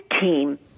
team